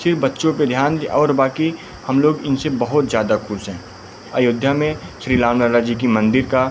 सिर्फ बच्चों पर ध्यान दें और बाक़ी हम लोग इनसे बहुत ज़्यादा ख़ुश हैं अयोध्या में श्री राम लाला जी के मन्दिर का